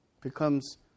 becomes